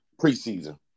preseason